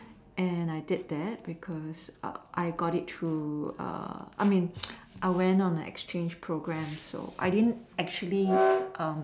and I did that because I got it through I mean I went on a exchange program so I didn't actually